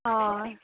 हय